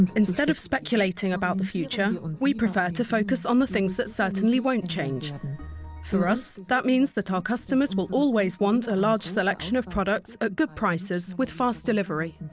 instead of speculating about the future we prefer to focus on the things that certainly won't change and for us that means that our ah customers will always want a large selection of products ah good prices with fast delivery